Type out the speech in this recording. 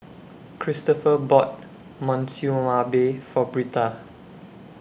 Christoper bought Monsunabe For Britta